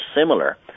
similar